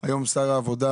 היום שר העבודה